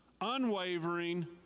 unwavering